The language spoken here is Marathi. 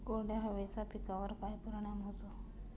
कोरड्या हवेचा पिकावर काय परिणाम होतो?